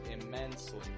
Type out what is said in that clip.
immensely